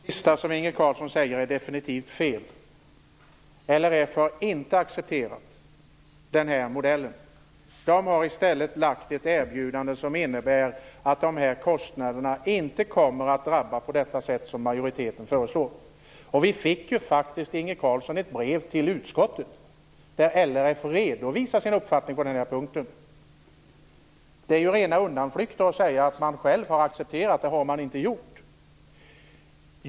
Herr talman! Det sista som Inge Carlsson säger är definitivt fel. LRF har inte accepterat den här modellen. Man har i stället kommit med ett erbjudande som innebär att kostnaderna inte kommer att drabba på det sätt som majoriteten föreslår. Vi fick ju faktiskt, Inge Carlsson, ett brev till utskottet där LRF redovisade sin uppfattning på den här punkten. Det är ju rena undanflykter att säga att LRF har accepterat detta. Det har man inte gjort.